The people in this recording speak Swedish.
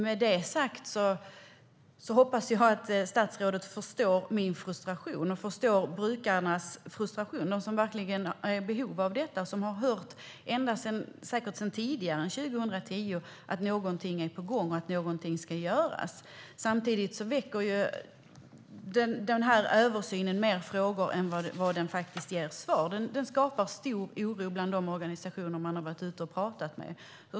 Med det sagt hoppas jag att statsrådet förstår min frustration och brukarnas frustration - de som verkligen är i behov av detta och som säkert har hört ända sedan före 2010 att någonting är på gång och att någonting ska göras. Samtidigt väcker den här översynen fler frågor än vad den besvarar och skapar stor oro bland de organisationer man har varit ute och pratat med.